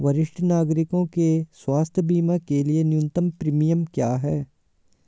वरिष्ठ नागरिकों के स्वास्थ्य बीमा के लिए न्यूनतम प्रीमियम क्या है?